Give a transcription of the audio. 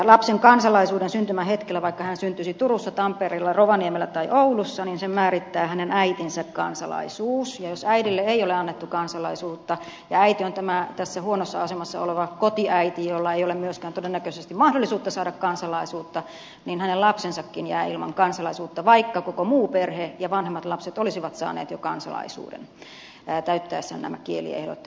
lapsen kansalaisuuden syntymähetkellä vaikka hän syntyisi turussa tampereella rovaniemellä tai oulussa määrittää hänen äitinsä kansalaisuus ja jos äidille ei ole annettu kansalaisuutta ja äiti on tässä huonossa asemassa oleva kotiäiti jolla ei ole myöskään todennäköisesti mahdollisuutta saada kansalaisuutta hänen lapsensakin jää vaille kansalaisuutta vaikka koko muu perhe ja vanhemmat lapset olisivat saaneet jo kansalaisuuden täyttäessään kieliehdot